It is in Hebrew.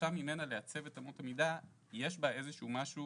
הדרישה ממנה לעצב את אמות המידה יש בה איזה שהוא משהו